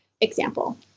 example